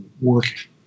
work